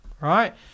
Right